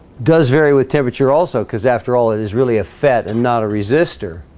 does vary with temperature also because after all it is really a fet and not a resistor